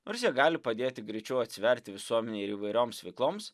nors jie gali padėti greičiau atsiverti visuomenei ir įvairioms veikloms